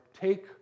take